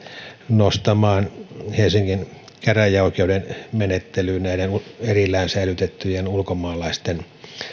nostamaan helsingin käräjäoikeuden menettelyyn näiden erillään säilytettyjen ulkomaalaisten